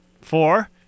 Four